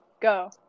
Go